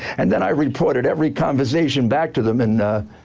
and then i reported every conversation back to them. and,